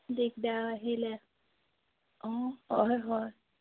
দিগদাৰ আহিলে অঁ হয় হয়